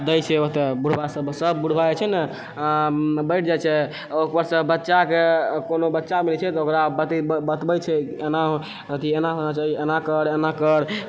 दै छै ओतऽ बुढ़वा सब सब बुढ़वा जे छै ने बैठ जाए छै आ ऊपरसँ कोनो बच्चाके कोनो बच्चा मिलै छै तब ने ओकरा बतबै छै एना होइके चाही एना कर एना कर